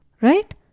Right